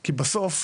כי בסוף,